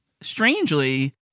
strangely